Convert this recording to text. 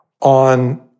on